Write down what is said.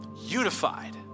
Unified